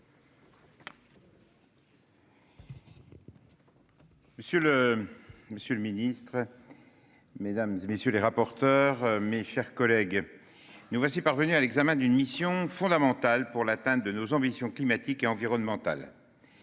Monsieur le président, monsieur le ministre, mes chers collègues, nous voilà parvenus à l'examen d'une mission fondamentale pour l'atteinte de nos ambitions climatiques et environnementales.